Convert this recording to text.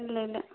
ഇല്ല ഇല്ല